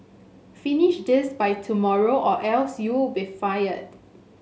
finish this by tomorrow or else you'll be fired